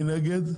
מי נגד?